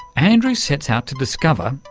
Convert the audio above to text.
andrew sets out to discover,